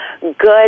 good